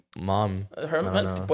mom